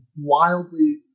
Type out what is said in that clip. wildly